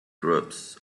groups